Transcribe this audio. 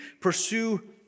pursue